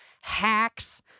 hacks